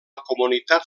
comunitat